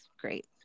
great